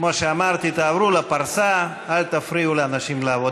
כמו שאמרתי, תעברו לפרסה, אל תפריעו לאנשים לעבוד.